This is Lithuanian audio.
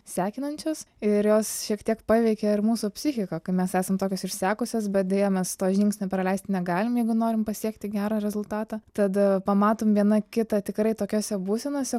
sekinančios ir jos šiek tiek paveikė ir mūsų psichiką kai mes esam tokios išsekusios bet deja mes to žingsnio praleisti negalim jeigu norim pasiekti gerą rezultatą tada pamatom viena kitą tikrai tokiose būsenose